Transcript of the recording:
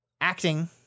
Acting